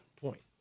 point